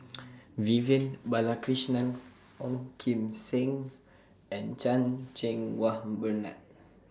Vivian Balakrishnan Ong Kim Seng and Chan Cheng Wah Bernard